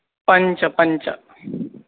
पञ्च पञ्च